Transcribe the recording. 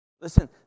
Listen